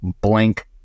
blank